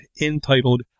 entitled